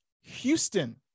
Houston